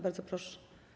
Bardzo proszę.